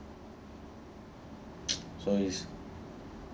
so it's